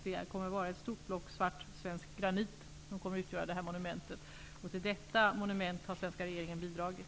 Det kommer att vara ett stort block svart svensk granit som kommer att utgöra monumentet. Till detta monument har den svenska regeringen bidragit.